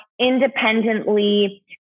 independently